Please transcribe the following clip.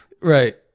Right